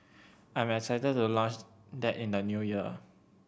I am excited to launch that in the New Year